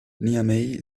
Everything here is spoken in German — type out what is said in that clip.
niamey